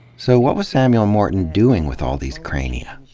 so, what was samuel morton doing with all these crania?